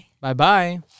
Bye-bye